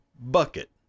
bucket